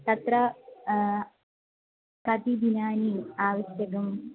तत्र कति दिनानि आवश्यकानि